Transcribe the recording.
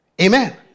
Amen